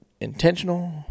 intentional